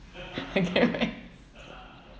I can't wait